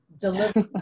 deliver